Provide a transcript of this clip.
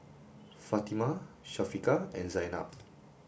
Fatimah Syafiqah and Zaynab